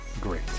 great